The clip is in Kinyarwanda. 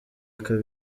aka